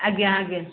ଆଜ୍ଞା ଆଜ୍ଞା